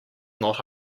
not